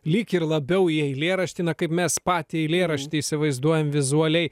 lyg ir labiau į eilėraštį na kaip mes patį eilėraštį įsivaizduojam vizualiai